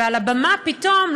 ועל הבמה פתאום,